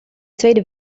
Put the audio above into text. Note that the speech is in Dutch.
tweede